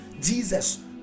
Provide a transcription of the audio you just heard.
Jesus